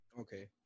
okay